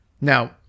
Now